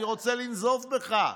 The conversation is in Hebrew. אני רוצה לנזוף בך,